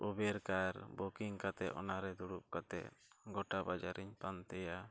ᱠᱟᱛᱮᱫ ᱚᱱᱟᱨᱮ ᱫᱩᱲᱩᱵ ᱠᱟᱛᱮᱫ ᱜᱚᱴᱟ ᱵᱟᱡᱟᱨᱤᱧ ᱯᱟᱱᱛᱮᱭᱟ